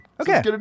Okay